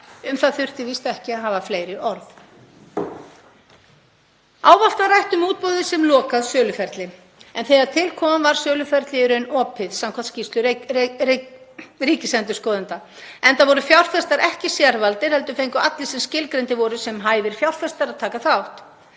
Um það þurfti víst ekki að hafa fleiri orð. Ávallt var rætt um útboðið sem lokað söluferli en þegar til kom var söluferlið í raun opið, samkvæmt skýrslu ríkisendurskoðanda, enda voru fjárfestar ekki sérvaldir heldur fengu allir sem skilgreindir voru sem hæfir fjárfestar að taka þátt.